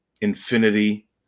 Infinity